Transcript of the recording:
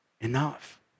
enough